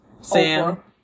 Sam